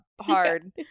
hard